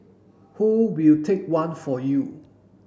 who will take one for you